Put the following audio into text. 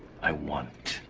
i want.